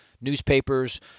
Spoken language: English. newspapers